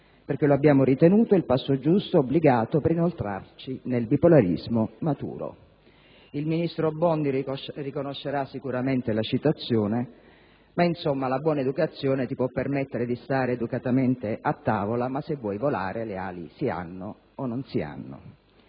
politica. Lo abbiamo ritenuto il passo giusto, obbligato, per inoltrarci nel bipolarismo maturo; il ministro Bondi riconoscerà sicuramente la citazione, ma insomma la buona educazione ti può permettere di stare educatamente a tavola, ma se vuoi volare le ali o si hanno o non si hanno.